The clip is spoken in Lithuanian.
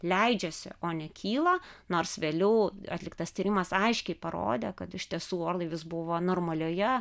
leidžiasi o ne kyla nors vėliau atliktas tyrimas aiškiai parodė kad iš tiesų orlaivis buvo normalioje